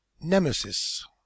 Nemesis